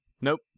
nope